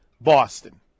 Boston